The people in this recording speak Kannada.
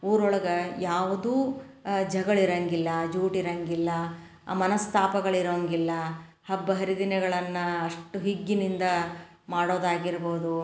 ಊರೊಳಗೆ ಯಾವುದೂ ಜಗಳ ಇರೋಂಗಿಲ್ಲ ಜೂಟ್ ಇರೋಂಗಿಲ್ಲ ಮನಸ್ತಾಪಗಳು ಇರೋಂಗಿಲ್ಲ ಹಬ್ಬ ಹರಿದಿನಗಳನ್ನು ಅಷ್ಟು ಹಿಗ್ಗಿನಿಂದ ಮಾಡೋದಾಗಿರ್ಬೋದು